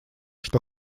что